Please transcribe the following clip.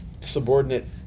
subordinate